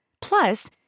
Plus